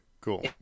cool